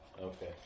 Okay